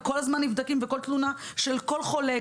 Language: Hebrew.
וכל הזמן נבדקים על כל תלונה של כל אזרח וחולה,